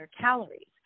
calories